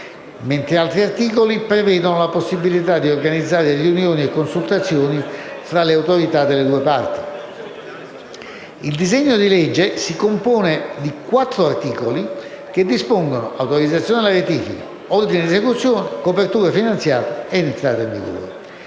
mentre altri articoli prevedono la possibilità di organizzare riunioni e consultazioni fra le autorità delle due parti. Il disegno di legge di ratifica si compone di quattro articoli che dispongono l'autorizzazione alla ratifica, l'ordine di esecuzione, la copertura finanziaria e l'entrata in vigore.